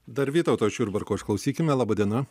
dar vytauto iš jurbarko išklausykime laba diena